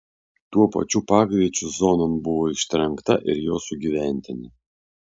tuo pačiu pagreičiu zonon buvo ištrenkta ir jo sugyventinė